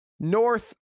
North